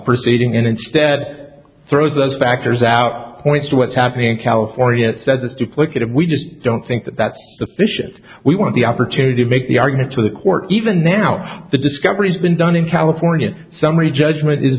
proceeding and instead throws those factors out points to what's happening in california says a duplicate of we just don't think that that's the bishop we want the opportunity to make the argument to the court even now the discovery's been done in california a summary judgment